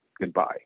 Goodbye